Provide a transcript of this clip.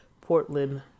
Portland